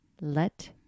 let